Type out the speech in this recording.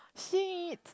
shit